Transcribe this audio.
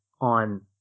on